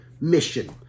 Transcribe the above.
mission